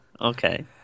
okay